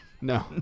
No